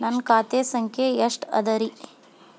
ನನ್ನ ಖಾತೆ ಸಂಖ್ಯೆ ಎಷ್ಟ ಅದರಿ?